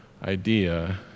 Idea